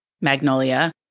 Magnolia